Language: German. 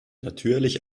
natürlich